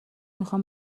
میخوام